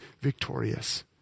victorious